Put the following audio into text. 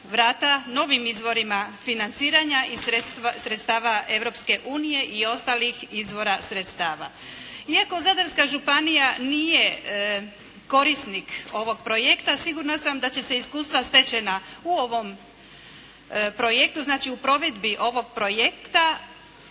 novim izvorima financiranja i sredstava Europske unije i ostalih izvora sredstava. Iako Zadarska županija nije korisnik ovog projekta, sigurna sam da će se iskustva stečena u ovom projektu, znači u provedbi ovog projekta,